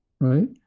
right